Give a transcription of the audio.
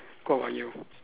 what about you